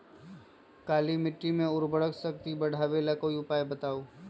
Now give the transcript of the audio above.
काली मिट्टी में उर्वरक शक्ति बढ़ावे ला कोई उपाय बताउ?